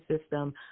system